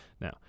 Now